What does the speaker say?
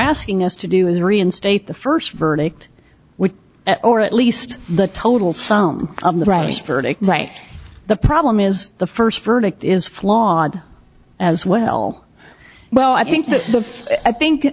asking us to do is reinstate the first verdict which or at least the total sum of the verdict right the problem is the first verdict is flawed as well well i think that the i think